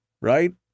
right